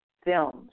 Films